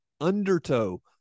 undertow